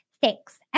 thanks